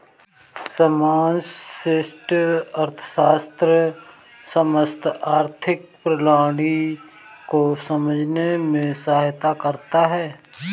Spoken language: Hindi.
समष्टि अर्थशास्त्र समस्त आर्थिक प्रणाली को समझने में सहायता करता है